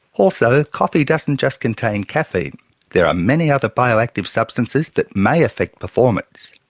also coffee doesn't just contain caffeine there are many other bioactive substances that may affect performance,